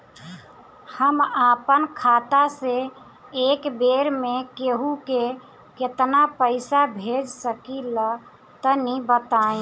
हम आपन खाता से एक बेर मे केंहू के केतना पईसा भेज सकिला तनि बताईं?